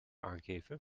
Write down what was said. aangeven